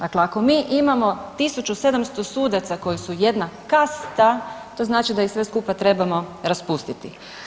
Dakle, ako mi imamo 1700 sudaca koji su jedna kasta to znači da ih sve skupa trebamo raspustiti.